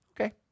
okay